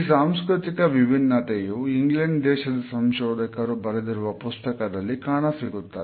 ಈ ಸಾಂಸ್ಕೃತಿಕ ವಿಭಿನ್ನತೆಯು ಇಂಗ್ಲೆಂಡ್ ದೇಶದ ಸಂಶೋಧಕರು ಬರೆದಿರುವ ಪುಸ್ತಕದಲ್ಲಿ ಕಾಣಸಿಗುತ್ತದೆ